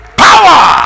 power